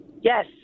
Yes